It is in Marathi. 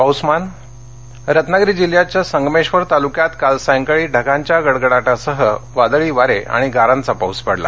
हवामान रत्नागिरी जिल्ह्याच्या संगमेश्वर तालुक्यात काल सायंकाळी ढगांच्या गडगडाटासह वादळी वारे आणि गारांचा पाऊस पडला